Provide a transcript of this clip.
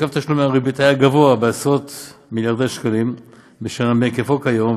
היקף תשלומי הריבית היה גבוה בעשרות מיליארדי שקלים בשנה מהיקפו כיום,